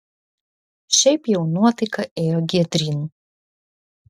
šiaip jau nuotaika ėjo giedryn